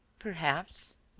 perhaps.